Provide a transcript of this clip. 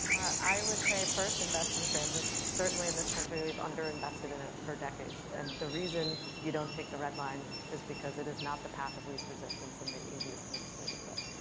i would say first invest in transit certainly in this country we've under invested in it for decades. and the reason you don't take the red line is because it is not the path of least resistance and the easiest smoothest way to do it.